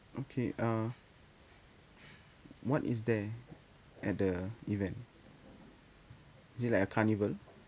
okay uh what is there at the event is it like a carnival